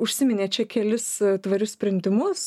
užsiminė čia kelis tvarius sprendimus